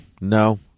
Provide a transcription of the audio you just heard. No